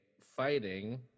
fighting